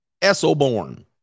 Esselborn